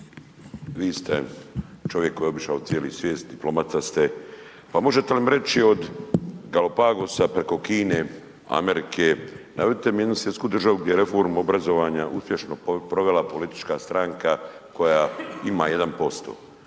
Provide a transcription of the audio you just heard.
vi ste čovjek koji je obišao cijeli svijet, diplomata ste, pa možete li mi reći od Galapagosa preko Kine, Amerike, navedite mi jednu svjetsku državu gdje je reformu obrazovanja uspješno provela politička stranka koja ima 1%